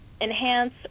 enhance